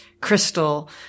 crystal